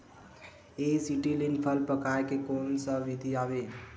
Acetylene फल पकाय के कोन सा विधि आवे?